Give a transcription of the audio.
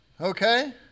Okay